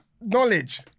Knowledge